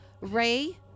Ray